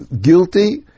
guilty